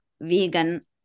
vegan